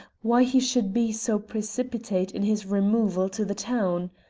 why he should be so precipitate in his removal to the town!